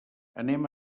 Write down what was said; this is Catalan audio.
anem